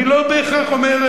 אני לא בהכרח אומר,